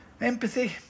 Empathy